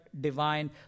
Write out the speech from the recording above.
divine